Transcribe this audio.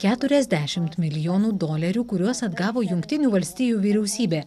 keturiasdešimt milijonų dolerių kuriuos atgavo jungtinių valstijų vyriausybė